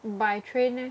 by train eh